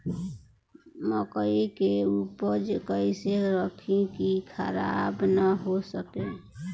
मकई के उपज कइसे रखी की खराब न हो सके?